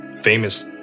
famous